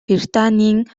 британийн